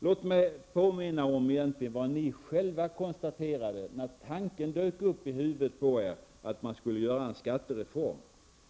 Låt mig påminna om vad ni själva konstaterade när tanken dök upp att man skulle genomföra en skattereform.